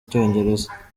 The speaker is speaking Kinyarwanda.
icyongereza